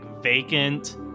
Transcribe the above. vacant